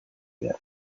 behar